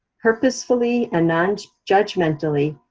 purposefully, and non-judgmentally,